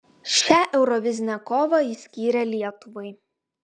šią eurovizinę kovą jis skyrė lietuvai